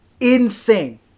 insane